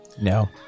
No